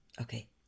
Okay